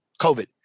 COVID